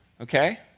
okay